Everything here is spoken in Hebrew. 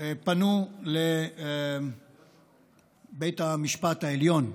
פנו לבית המשפט העליון.